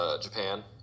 Japan